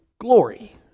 glory